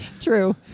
True